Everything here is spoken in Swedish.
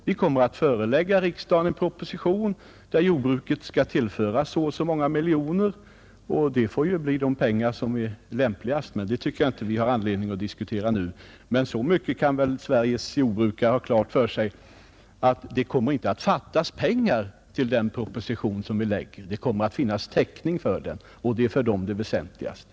Vi förelägger riksdagen en proposition med förslag om att jordbruket skall tillföras så och så många miljoner, och det får bli de pengar som är lämpligast. Detta tycker jag inte vi har anledning att diskutera nu. Men så mycket kan väl Sveriges jordbrukare ha klart för sig som att det inte kommer att fattas pengar till genomförandet av förslagen i den proposition som vi framlägger, utan det kommer att finnas täckning. Det är för jordbrukarna det väsentligaste.